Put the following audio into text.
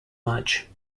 match